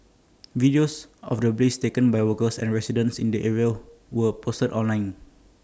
videos of the blaze taken by workers and residents in the area were posted online